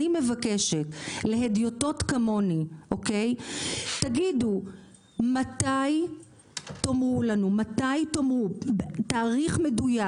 אני מבקשת להדיוטות כמוני תגידו מתי תאמרו לנו תאריך מדויק.